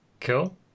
cool